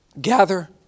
gather